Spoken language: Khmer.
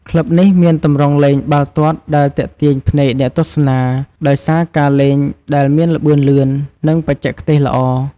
ក្លឹបនេះមានទម្រង់លេងបាល់ទាត់ដែលទាក់ទាញភ្នែកអ្នកទស្សនា ដោយសារការលេងដែលមានល្បឿនលឿន និងបច្ចេកទេសល្អ។